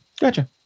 Gotcha